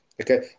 Okay